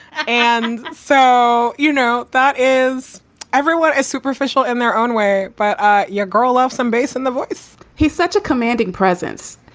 and so, you know, that is everyone is superficial in their own way. but ah your girl off some base and the voice he's such a commanding presence.